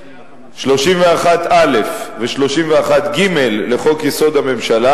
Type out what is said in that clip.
31(א) ו-31(ג) לחוק-יסוד: הממשלה,